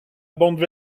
bande